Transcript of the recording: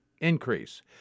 increase